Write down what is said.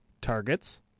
targets